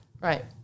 Right